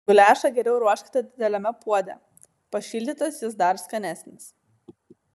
guliašą geriau ruoškite dideliame puode pašildytas jis dar skanesnis